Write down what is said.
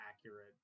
accurate